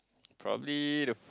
probably the f~